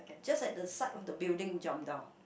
just at the side of the building jump down